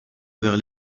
vers